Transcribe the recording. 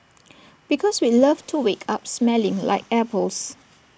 because we'd love to wake up smelling like apples